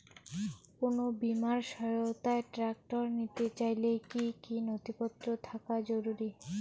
কোন বিমার সহায়তায় ট্রাক্টর নিতে চাইলে কী কী নথিপত্র থাকা জরুরি?